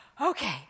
okay